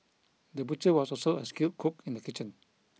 the butcher was also a skilled cook in the kitchen